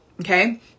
Okay